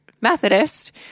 Methodist